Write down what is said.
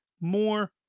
more